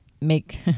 make